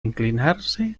inclinarse